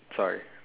sorry